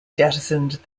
jettisoned